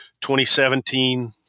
2017